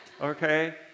Okay